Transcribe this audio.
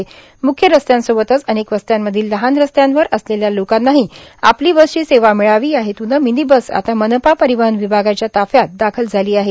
म्ख्य रस्त्यांसोबतच अनेक वस्त्यांमधील लहान रस्त्यांवर असलेल्या लोकांनाही आपली बसची सेवा मिळावी या हेतून मिनी बस आता मनपा परिवहन विभागाच्या ताफ्यात दाखल झाली आहे